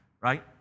right